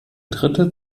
dritte